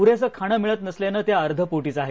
पुरेस खाण मिळत नसल्यान त्या अर्धपो ींच आहेत